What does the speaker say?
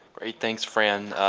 great, thanks fran.